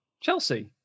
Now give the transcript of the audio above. Chelsea